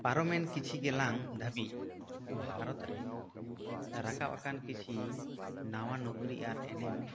ᱯᱟᱨᱚᱢᱮᱱ ᱠᱤᱪᱷᱩ ᱜᱮᱞᱟᱝ ᱫᱷᱟᱹᱵᱤᱡ ᱵᱷᱟᱨᱚᱛ ᱨᱮ ᱨᱟᱠᱟᱵ ᱟᱠᱟᱱ ᱠᱤᱪᱷᱩ ᱱᱟᱣᱟ ᱱᱚᱠᱨᱤ ᱟᱨ ᱮᱱᱮᱢ